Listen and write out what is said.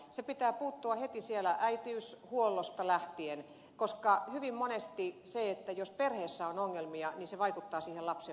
siihen pitää puuttua heti sieltä äitiyshuollosta lähtien koska hyvin monesti jos perheessä on ongelmia se vaikuttaa lapsen vointiin